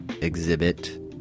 exhibit